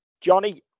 Johnny